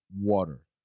Water